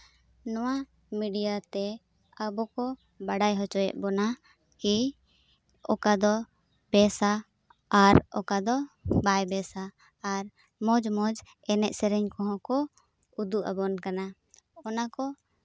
ᱱᱚᱣᱟ ᱢᱤᱰᱤᱭᱟᱛᱮ ᱟᱵᱚ ᱠᱚ ᱵᱟᱲᱟᱭ ᱦᱚᱪᱚᱭᱮᱫ ᱵᱚᱱᱟ ᱠᱤ ᱚᱠᱟ ᱫᱚ ᱵᱮᱥᱟ ᱟᱨ ᱚᱠᱟᱫᱚ ᱵᱟᱭ ᱵᱮᱥᱟ ᱟᱨ ᱢᱚᱡᱽ ᱢᱚᱡᱽ ᱮᱱᱮᱡ ᱥᱮᱨᱮᱧ ᱠᱚᱦᱚᱸ ᱠᱚ ᱩᱫᱩᱜ ᱟᱵᱚᱱ ᱠᱟᱱᱟ ᱚᱱᱟ ᱠᱚ